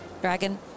dragon